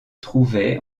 trouvait